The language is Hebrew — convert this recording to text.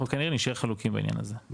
אנחנו כנראה נישאר חלוקים בעניין הזה.